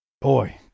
Boy